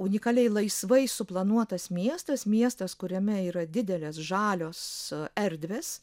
unikaliai laisvai suplanuotas miestas miestas kuriame yra didelės žalios erdvės